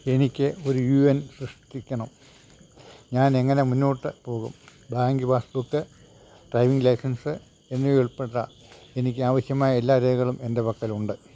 എനിക്ക് ഒരു U N സൃഷ്ടിക്കണം ഞാൻ എങ്ങനെ മുന്നോട്ടുപോകും ബാങ്ക് പാസ്ബുക്ക് ഡ്രൈവിംഗ് ലൈസൻസ് എന്നിവയുൾപ്പെട്ട എനിക്കാവശ്യമായ എല്ലാ രേഖകളും എൻ്റെ പക്കലുണ്ട്